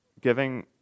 giving